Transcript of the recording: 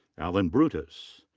alan brutus.